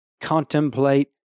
contemplate